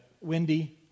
Wendy